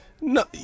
no